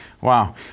Wow